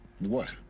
what.